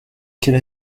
quel